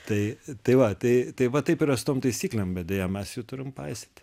tai tai va tai tai va taip yra su tom taisyklėm bet deja mes jų turim paisyti